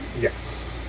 Yes